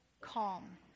calm